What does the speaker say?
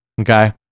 okay